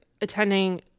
attending